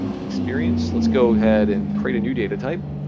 experience. let's go ahead and create a new data type.